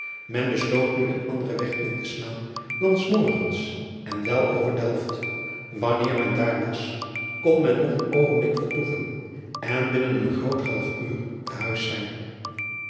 en besloot nu een anderen weg in te staan dan s morgens en wel over elft anneer men daar was kon men nog een oogenblik vertoeven en binnen een groot half uur te huis zijn